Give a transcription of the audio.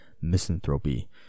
misanthropy